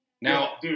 Now